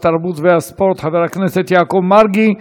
התרבות והספורט חבר הכנסת יעקב מרגי.